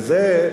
וזה,